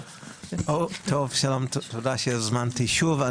שלום, תודה שהוזמנתי שוב.